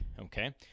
okay